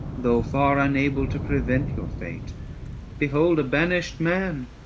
though far unable to prevent your fate behold a banished man,